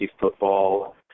football